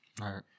Right